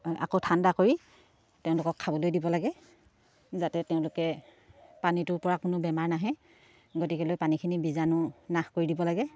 আকৌ ঠাণ্ডা কৰি তেওঁলোকক খাবলৈ দিব লাগে যাতে তেওঁলোকে পানীটোৰ পৰা কোনো বেমাৰ নাহে গতিকেলৈ পানীখিনি বীজাণু নাশ কৰি দিব লাগে